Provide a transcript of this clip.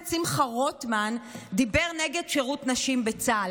שמחה רוטמן דיבר נגד שירות נשים בצה"ל.